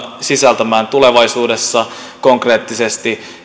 sisältämään tulevaisuudessa konkreettisesti